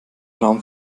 raum